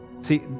See